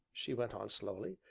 she went on slowly,